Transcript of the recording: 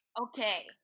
okay